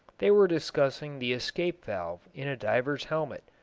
they were discussing the escape-valve in a diver's helmet,